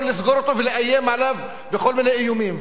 לסגור אותו ולאיים עליו בכל מיני איומים,